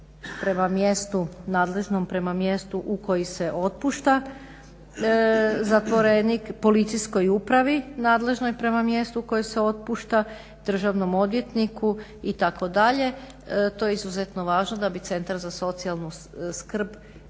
prema mjestu nadležnom prema mjestu u koji se otpušta zatvorenik, Policijskoj upravi nadležnoj prema mjestu u koji se otpušta, državnom odvjetniku itd. to je izuzetno važno da bi centar za socijalnu skrb